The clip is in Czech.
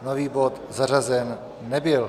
Nový bod zařazen nebyl.